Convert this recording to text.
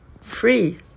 free